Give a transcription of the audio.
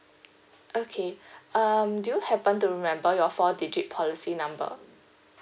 okay um do you happen to remember your four digit policy number